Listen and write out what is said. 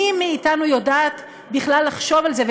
מי מאתנו יודעת בכלל לחשוב על זה?